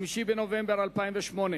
5 בנובמבר 2008,